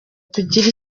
kugira